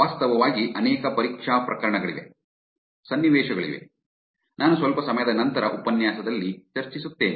ವಾಸ್ತವವಾಗಿ ಅನೇಕ ಪರೀಕ್ಷಾ ಪ್ರಕರಣಗಳಿವೆ ಸನ್ನಿವೇಶಗಳಿವೆ ನಾನು ಸ್ವಲ್ಪ ಸಮಯದ ನಂತರ ಉಪನ್ಯಾಸದಲ್ಲಿ ಚರ್ಚಿಸುತ್ತೇನೆ